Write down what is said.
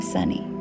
Sunny